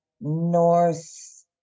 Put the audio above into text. north